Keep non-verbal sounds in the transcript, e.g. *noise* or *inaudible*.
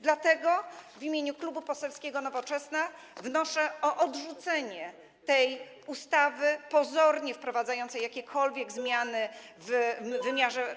Dlatego w imieniu Klubu Poselskiego Nowoczesna wnoszę o odrzucenie tej ustawy, pozornie wprowadzającej jakiekolwiek zmiany *noise* w wymiarze.